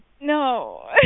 No